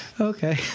okay